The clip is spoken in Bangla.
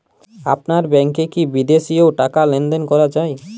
আপনার ব্যাংকে কী বিদেশিও টাকা লেনদেন করা যায়?